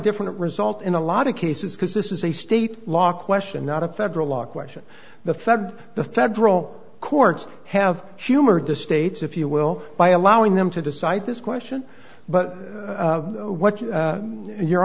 different result in a lot of cases because this is a state law question not a federal law question the feds the federal courts have humored to states if you will by allowing them to decide this question but what you and your